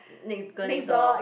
next girl next door